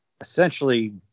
essentially